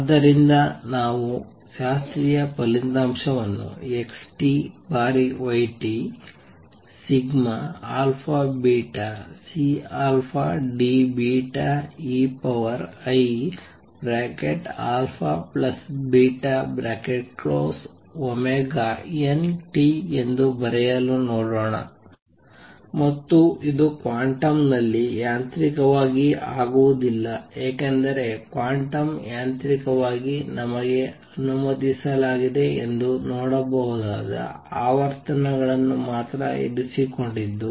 ಆದ್ದರಿಂದ ನಾವು ಶಾಸ್ತ್ರೀಯ ಫಲಿತಾಂಶವನ್ನು x ಬಾರಿ y αβCDeiαβωnt ಎಂದು ಬರೆಯಲು ನೋಡೋಣ ಮತ್ತು ಇದು ಕ್ವಾಂಟಮ್ ನಲ್ಲಿ ಯಾಂತ್ರಿಕವಾಗಿ ಆಗುವುದಿಲ್ಲ ಏಕೆಂದರೆ ಕ್ವಾಂಟಮ್ ಯಾಂತ್ರಿಕವಾಗಿ ನಮಗೆ ಅನುಮತಿಸಲಾಗಿದೆ ಎಂದು ನೋಡಬಹುದಾದ ಆವರ್ತನಗಳನ್ನು ಮಾತ್ರ ಇರಿಸಿಕೊಂಡಿದ್ದು